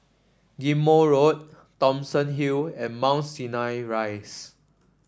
Ghim Moh Road Thomson Hill and Mount Sinai Rise